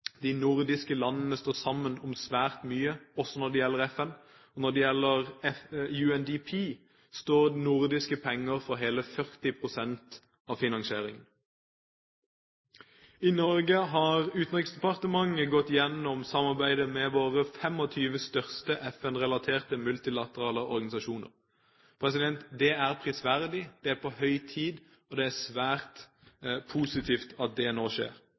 de nordiske landene står sammen om svært mye, også når det gjelder FN. Og når det gjelder UNDP, står nordiske penger for hele 40 pst. av finansieringen. I Norge har Utenriksdepartementet gått igjennom samarbeidet med våre 25 største FN-relaterte multilaterale organisasjoner. Det er prisverdig. Det er på høy tid, og det er svært positivt at det nå skjer.